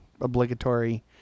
obligatory